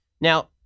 Now